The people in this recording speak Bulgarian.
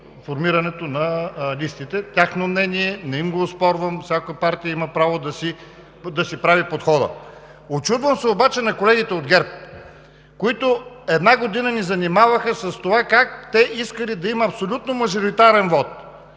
Тяхно мнение, не им го оспорвам, всяка партия има право да си прави подхода. Учудвам се обаче на колегите от ГЕРБ, които една година ни занимаваха с това как те искали да има абсолютно мажоритарен вот,